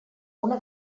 una